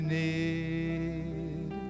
need